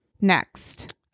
next